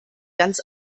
ganz